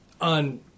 on